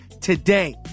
today